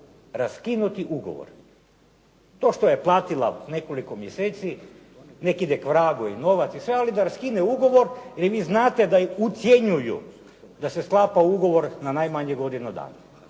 raskinuti ugovor. To što je platila nekoliko mjeseci, nek ide k vragu i novac i sve, ali da raskine ugovor jer vi znate da je ucjenjuju da se sklapa ugovor na najmanje godinu dana.